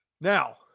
Now